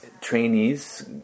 trainees